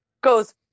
goes